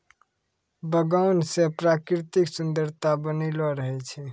बगान से प्रकृतिक सुन्द्ररता बनलो रहै छै